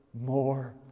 more